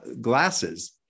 glasses